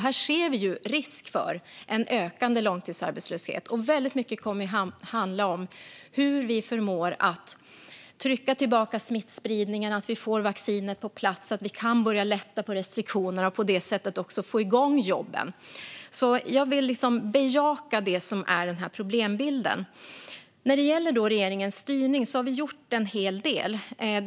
Här ser vi risk för en ökande långtidsarbetslöshet. Väldigt mycket kommer att handla om hur vi förmår att trycka tillbaka smittspridningen och att vi får vaccinet på plats så att vi kan börja lätta på restriktionerna och på det sättet också få igång jobben. Jag vill alltså instämma i det som är denna problembild. När det gäller regeringens styrning har vi gjort en hel del.